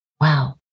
Wow